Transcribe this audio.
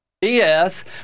Yes